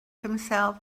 himself